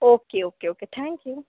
okay okay okay thank you